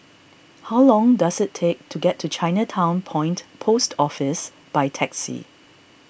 how long does it take to get to Chinatown Point Post Office by taxi